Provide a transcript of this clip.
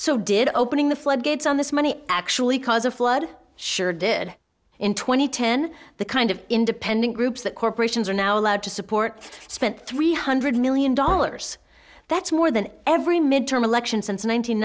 so did opening the floodgates on this money actually cause a flood sure did in two thousand and ten the kind of independent groups that corporations are now allowed to support spent three hundred million dollars that's more than every midterm election since